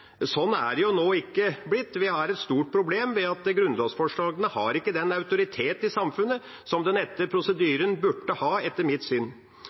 sånn er det nå ikke blitt. Vi har et stort problem ved at grunnlovsforslagene ikke har den autoriteten i samfunnet som denne prosedyren burde ha, etter mitt syn.